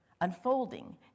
unfolding